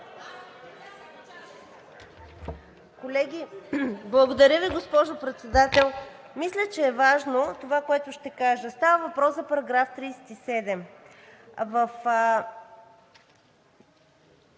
Благодаря Ви, госпожо Председател. Мисля, че е важно това, което ще кажа, става въпрос за § 37.